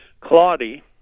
Claudie